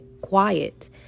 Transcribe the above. quiet